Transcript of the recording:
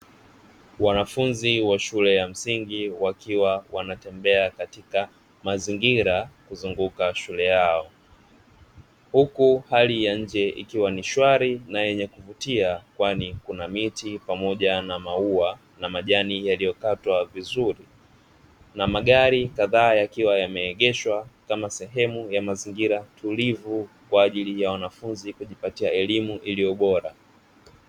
Wanafunzi wa shule ya msingi wakiwa wanatembea katika mazingira kuzunguka shule yao, huku hali ya nchi ikiwa ni shwari na yenye kuvutia kwani miti pamoja na maua na majani yaliyokatwa vizuri, na magari kadhaa yakiwa yameegeshwa kama sehemu ya mazingira tulivu kwa ajili ya wanafunzi kujipatia elimu iliyo bora.